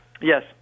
Yes